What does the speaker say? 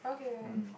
mm